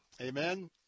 Amen